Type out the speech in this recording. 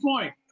point